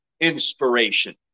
Inspiration